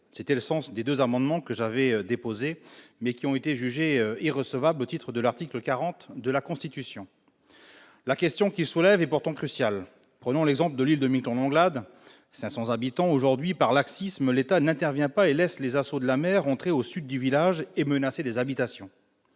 était le sens de deux amendements que j'avais déposés, mais qui ont été jugés irrecevables au titre de l'article 40 de la constitution. La question qu'ils soulèvent est pourtant cruciale. Prenons l'exemple de l'île de Miquelon-Langlade, qui compte 500 habitants. Aujourd'hui, par laxisme, l'État n'intervient pas et laisse les assauts de la mer entrer au sud du village et menacer des habitations.